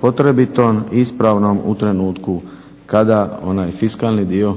potrebitom i ispravnom u trenutku kada onaj fiskalni dio,